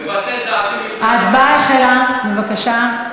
לבטל דעתי מפני, ההצבעה החלה, בבקשה.